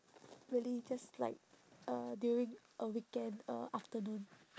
really just like uh during a weekend uh afternoon